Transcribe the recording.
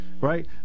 right